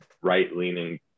right-leaning